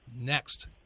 next